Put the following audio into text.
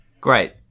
Great